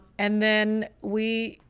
and then we,